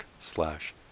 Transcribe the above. slash